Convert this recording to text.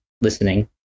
listening